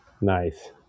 Nice